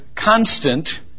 Constant